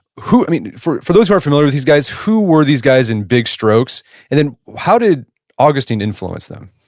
who i mean, for for those who are not familiar with these guys. who were these guys in big strokes and then how did augustine influence them?